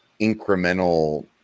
incremental